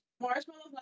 marshmallows